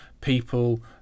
people